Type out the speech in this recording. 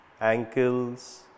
ankles